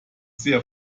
sehr